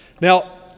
now